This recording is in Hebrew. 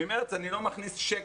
ממרץ אני לא מכניס שקל.